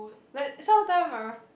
but some of the time my fr~